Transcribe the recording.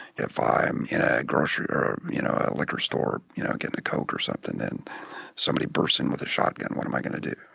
if i'm in a a grocery, or you know, a liquor store, you know, gettin' a coke or something and somebody bursts in with a shotgun what am i going to do?